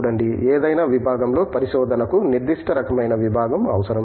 చూడండి ఏదైనా విభాగంలో పరిశోధనకు నిర్దిష్ట రకమైన విభాగం అవసరం